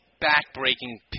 back-breaking